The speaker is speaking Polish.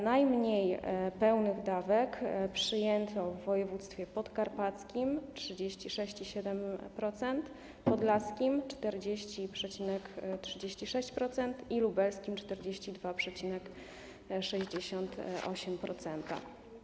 Najmniej pełnych dawek przyjęto w województwach podkarpackim - 36,7%, podlaskim - 40,36% i lubelskim - 42,68%.